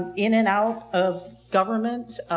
in and out of governments.